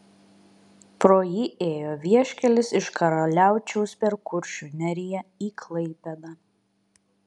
pro jį ėjo vieškelis iš karaliaučiaus per kuršių neriją į klaipėdą